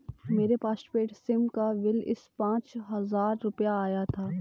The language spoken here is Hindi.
मेरे पॉस्टपेड सिम का बिल इस बार पाँच हजार रुपए आया था